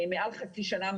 מעל חצי שנה,